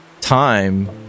time